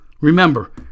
Remember